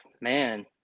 man